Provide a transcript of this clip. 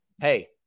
hey